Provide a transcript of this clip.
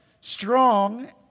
strong